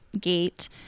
gate